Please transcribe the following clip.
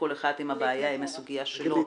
כל אחד עם הבעיה והסוגיה שלו,